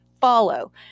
follow